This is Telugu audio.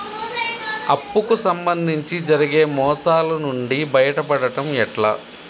అప్పు కు సంబంధించి జరిగే మోసాలు నుండి బయటపడడం ఎట్లా?